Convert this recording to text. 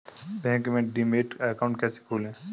Bank में demat account कैसे खोलें?